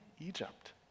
Egypt